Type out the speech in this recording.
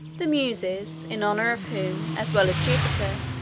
the muses, in honor of whom, as well as jupiter,